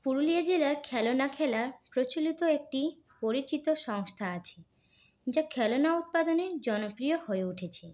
পুরুলিয়া জেলাই খেলনা খেলা প্রচলিত একটি পরিচিত সংস্থা আছে যা খেলনা উৎপাদনে জনপ্রিয় হয়ে উঠেছে